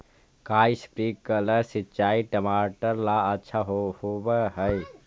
का स्प्रिंकलर सिंचाई टमाटर ला अच्छा होव हई?